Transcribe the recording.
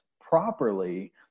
properly